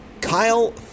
Kyle